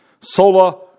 sola